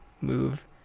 move